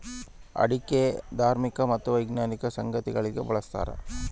ಅಡಿಕೆ ಧಾರ್ಮಿಕ ಮತ್ತು ವೈಜ್ಞಾನಿಕ ಸಂಗತಿಗಳಿಗೆ ಬಳಸ್ತಾರ